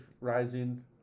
Rising